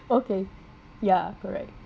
okay ya correct